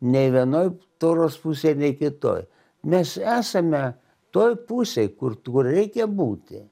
nei vienoj toros pusėj nei kitoj mes esame toj pusėj kur tu reikia būti